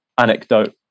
anecdote